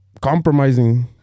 Compromising